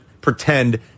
pretend